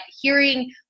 hearing